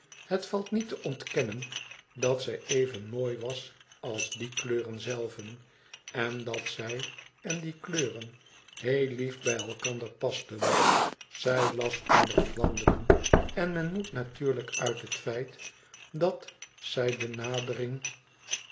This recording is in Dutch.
het valt niet te ontkennen dat zij even mooi was ais die kleuren zei ven en dat zij en die kleuren heel lief bij elkander pasten zij las onder het wandelen en men moet natuurlijk uit het feit dat zij de nadering